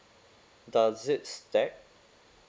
does it stack